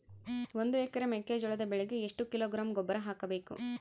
ಒಂದು ಎಕರೆ ಮೆಕ್ಕೆಜೋಳದ ಬೆಳೆಗೆ ಎಷ್ಟು ಕಿಲೋಗ್ರಾಂ ಗೊಬ್ಬರ ಹಾಕಬೇಕು?